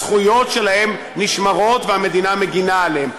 הזכויות שלהם נשמרות והמדינה מגינה עליהם.